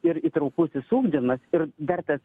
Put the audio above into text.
ir įtraukusis ugdymas ir dar tas